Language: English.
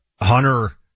Hunter